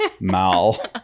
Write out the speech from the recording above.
Mal